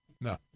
No